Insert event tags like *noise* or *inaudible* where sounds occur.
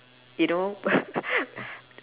you know *laughs*